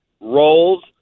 roles